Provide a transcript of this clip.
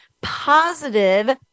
positive